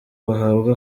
bahabwa